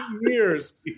years